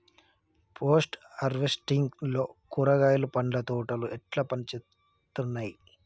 Post harvesting లో కూరగాయలు పండ్ల తోటలు ఎట్లా పనిచేత్తనయ్?